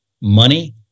money